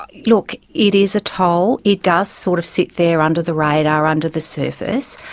look, it is a toll, it does sort of sit there under the radar, under the surface.